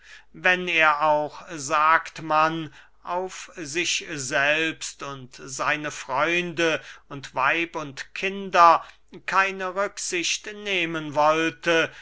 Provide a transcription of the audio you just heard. wenn er auch sagt man auf sich selbst und seine freunde und weib und kinder keine rücksicht nehmen wollte